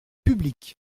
publiques